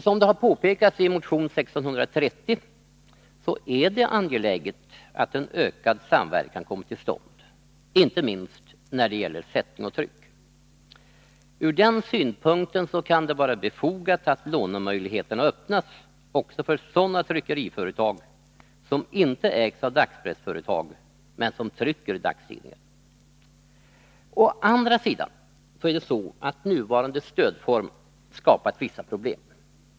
Som det påpekas i motion 1630 är det angeläget att en ökad samverkan kommer till stånd, inte minst när det gäller sättning och tryck. Ur den synpunkten kan det vara befogat att lånemöjligheterna öppnas också för sådana tryckeriföretag som inte ägs av dagspressföretag men som trycker dagstidningar. Å andra sidan har nuvarande stödform skapat vissa problem.